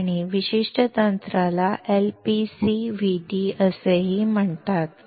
या विशिष्ट तंत्राला LPCVD असेही म्हणतात